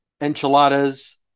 enchiladas